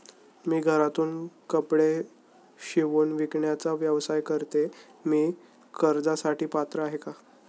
मी घरातूनच कपडे शिवून विकण्याचा व्यवसाय करते, मी कर्जासाठी पात्र आहे का?